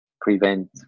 prevent